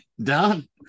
done